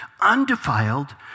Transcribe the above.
undefiled